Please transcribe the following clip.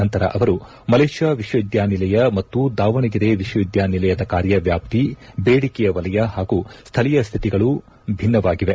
ನಂತರ ಅವರು ಮಲೇಷ್ಯಾ ವಿಶ್ವವಿದ್ಯಾನಿಲಯ ಮತ್ತು ದಾವಣಗೆರೆ ವಿಶ್ವವಿದ್ಯಾನಿಲಯದ ಕಾರ್ಯವ್ಯಾಪ್ತಿ ಬೇದಿಕೆಯ ವಲಯ ಹಾಗೂ ಸ್ಥಳೀಯ ಸ್ದಿತಿಗಳು ವಿಭಿನ್ನವಾಗಿವೆ